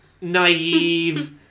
naive